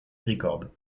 records